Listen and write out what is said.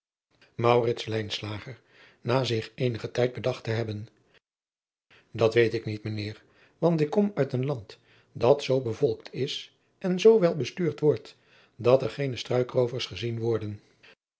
eenigen tijd bedacht te hebben at weet ik niet mijn eer want ik kom uit een land dat zoo bevolkt is en zoo wel bestuurd wordt dat er geene struikroovers gezien worden